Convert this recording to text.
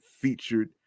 featured